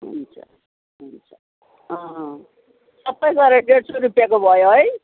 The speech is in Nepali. हुन्छ हुन्छ सबै गरेर डेढ सौ रुपियाँको भयो है